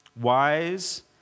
wise